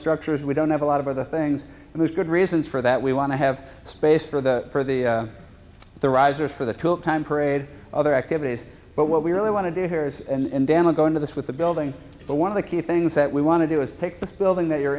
structures we don't have a lot of other things and there's good reasons for that we want to have space for the for the the risers for the tool time parade other activities but what we really want to do here is and dan'l go into this with the building but one of the key things that we want to do is take this building that you're